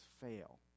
fail